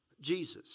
Jesus